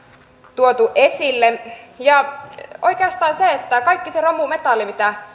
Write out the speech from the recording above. tuotu esille oikeastaan se että kaikki se romumetalli mitä